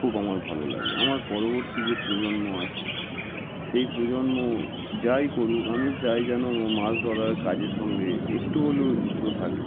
খুব আমার ভালো লাগে আমার পরবর্তী যে প্রজন্ম আছে সেই প্রজন্ম যাই করুক আমি চাই যেন মাছ ধরার কাজের সঙ্গে একটু হলেও যুক্ত থাকে